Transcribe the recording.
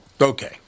Okay